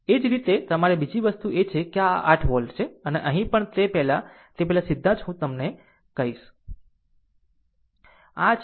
આમ તે જ રીતે તમારી બીજી વસ્તુ એ છે કે આ 8 વોલ્ટ છે અને અહીં પણ તે પહેલાં તે પહેલાં સીધા જ હું તમને કહીશ